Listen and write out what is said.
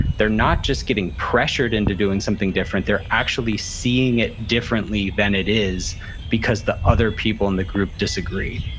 they're not just getting pressured into doing something different. they're actually seeing it differently than it is because the other people in the group disagree.